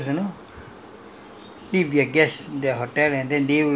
drivers' err room ah where all the drivers you know